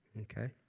Okay